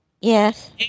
Yes